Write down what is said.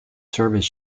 surveys